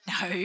No